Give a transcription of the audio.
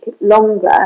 longer